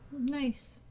Nice